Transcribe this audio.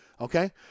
okay